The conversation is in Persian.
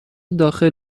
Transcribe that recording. داخل